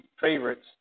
favorites